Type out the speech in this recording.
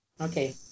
okay